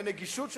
לנגישות לציבור.